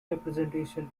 representation